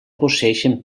posseeixen